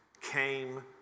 came